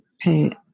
pay